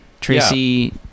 Tracy